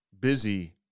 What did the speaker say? busy